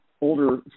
older